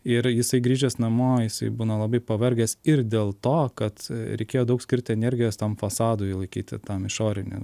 yra jisai grįžęs namo jisai būna labai pavargęs ir dėl to kad reikėjo daug skirti energijos tam fasadui laikyti tam išoriniam